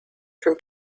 from